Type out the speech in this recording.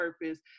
purpose